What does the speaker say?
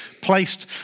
placed